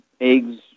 eggs